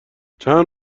چند